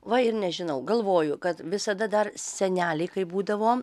va ir nežinau galvoju kad visada dar seneliai kai būdavo